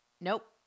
nope